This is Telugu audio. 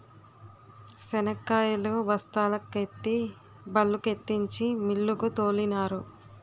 శనక్కాయలు బస్తాల కెత్తి బల్లుకెత్తించి మిల్లుకు తోలినారు